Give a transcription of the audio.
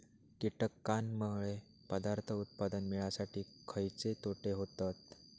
कीटकांनमुळे पदार्थ उत्पादन मिळासाठी खयचे तोटे होतत?